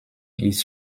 ist